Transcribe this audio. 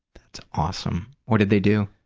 that's awesome. what did they do?